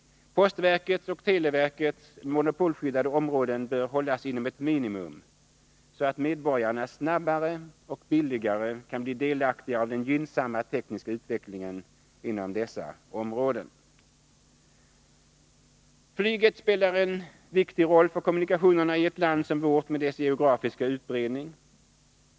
Postverkets och televerkets monopolskyddade områden bör hållas inom ett minimum, så att medborgarna snabbare och billigare kan bli delaktiga av den gynnsamma tekniska utvecklingen inom dessa områden. Flyget spelar en viktig roll för kommunikationerna i ett land som vårt, med dess geografiska utbredning.